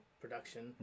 production